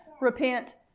repent